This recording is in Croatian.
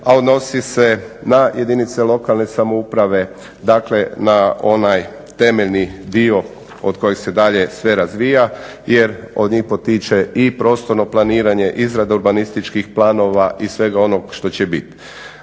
a odnosi se na jedinice lokalne samouprave. Dakle, na onaj temeljni dio od kojeg se dalje sve razvija jer od njih potiče i prostorno planiranje, izrada urbanističkih planova i svega onog što će bit.